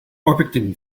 orpington